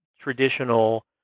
traditional